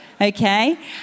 Okay